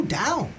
down